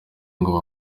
ngo